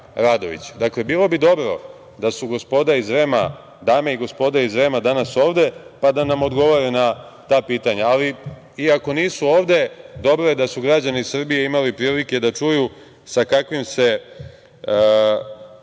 bilo bi dobro da su dame i gospoda iz REM-a danas ovde, pa da nam odgovore na ta pitanja, ali iako nisu ovde dobro je da su građani Srbije imali prilike da čuju sa kakvim se